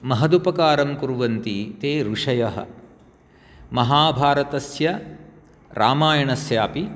महदुपकारं कुर्वन्ति ते ऋषयः महाभारतस्य रामायणस्य अपि